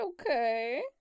okay